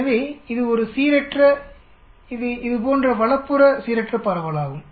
எனவே இது ஒரு சீரற்றஇது இது போன்ற வலப்புற சீரற்ற பரவலாகும்